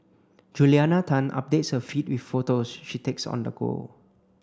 Juliana Tan updates her feed with photos she takes on the go